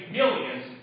millions